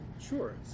sure